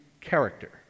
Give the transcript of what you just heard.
character